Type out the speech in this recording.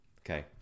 Okay